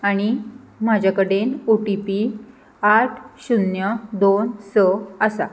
आनी म्हाजे कडेन ओ टी पी आठ शुन्य दोन स आसा